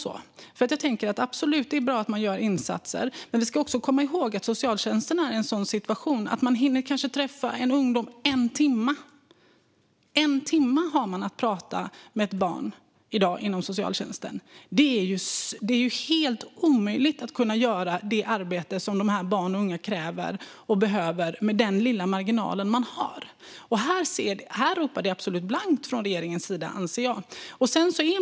Det är absolut bra att man gör insatser, men vi ska också komma ihåg att socialtjänsterna är i en sådan situation att de hinner träffa en ungdom i kanske en timme - en timme har man för att prata med ett barn i dag inom socialtjänsten. Det är helt omöjligt att göra det arbete som dessa barn kräver och behöver med den lilla marginal man har. Här är det absolut blankt från regeringens sida, anser jag.